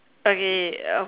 okay